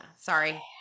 sorry